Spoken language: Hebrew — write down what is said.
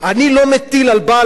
אני לא מטיל על בעל-הבית,